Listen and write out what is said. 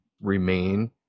remain